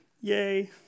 Yay